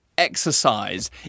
Exercise